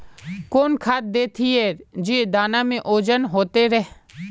कौन खाद देथियेरे जे दाना में ओजन होते रेह?